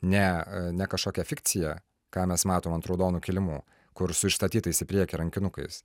ne ne kažkokia fikcija ką mes matom ant raudonu kilimu kur su išstatytais į priekį rankinukais